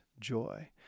joy